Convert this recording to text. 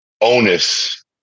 onus